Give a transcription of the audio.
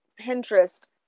Pinterest